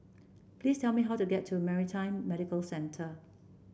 please tell me how to get to Maritime Medical Center